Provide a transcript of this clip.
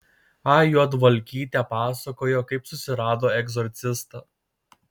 a juodvalkytė pasakojo kaip susirado egzorcistą